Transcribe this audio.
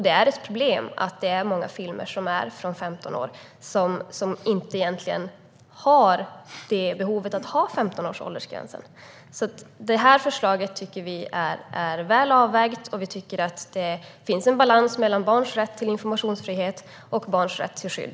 Det är ett problem att många filmer med åldersgränsen femton år egentligen inte behöver en femtonårsgräns. Regeringen tycker att förslaget är väl avvägt, och vi tycker att det finns en balans mellan barns rätt till informationsfrihet och barns rätt till skydd.